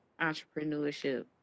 entrepreneurship